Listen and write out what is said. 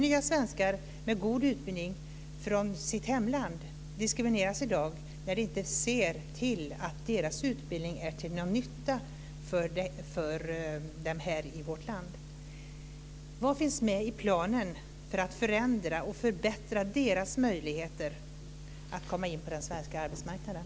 Nya svenskar med god utbildning från sitt hemland diskrimineras i dag när man inte ser till att deras utbildning är till någon nytta för dem här i vårt land. Vad finns med i planen för att förändra och förbättra deras möjligheter att komma in på den svenska arbetsmarknaden?